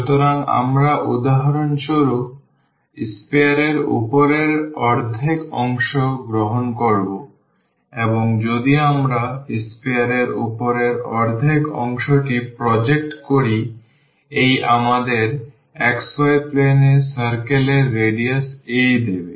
সুতরাং আমরা উদাহরণস্বরূপ sphere এর উপরের অর্ধেক অংশ গ্রহণ করব এবং যদি আমরা sphere এর উপরের অর্ধেক অংশটি প্রজেক্ট করি এটি আমাদের xy plane এ circle এর রেডিয়াস a দেবে